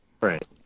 Right